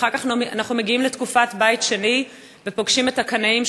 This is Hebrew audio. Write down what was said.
אחר כך אנחנו מגיעים לתקופת בית שני ופוגשים את הקנאים,